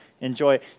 Enjoy